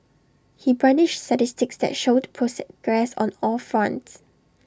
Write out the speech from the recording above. he brandished statistics that showed progress on all fronts